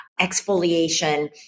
exfoliation